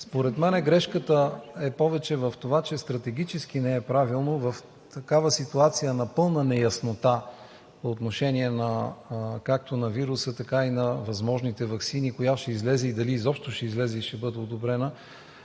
Според мен грешката е повече в това, че стратегически не е правилно в такава ситуация на пълна неяснота по отношение както на вируса, така и на възможните ваксини коя ще излезе и дали изобщо ще излезе и ще бъде одобрена